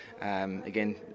again